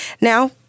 Now